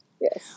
Yes